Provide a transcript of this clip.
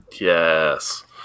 yes